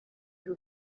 who